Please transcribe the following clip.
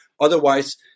Otherwise